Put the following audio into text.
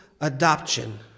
adoption